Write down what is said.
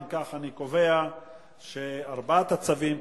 אם כך אני קובע שארבעת הצווים,